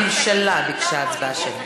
הממשלה ביקשה הצבעה שמית.